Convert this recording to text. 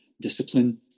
discipline